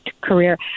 career